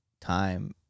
time